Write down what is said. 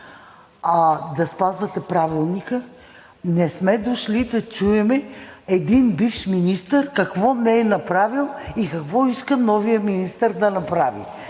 да спазвате Правилника. Не сме дошли да чуем един бивш министър какво не е направил и какво иска новият министър да направи.